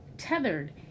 tethered